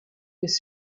this